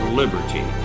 liberty